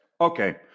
Okay